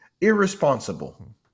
irresponsible